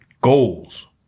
goals